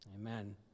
Amen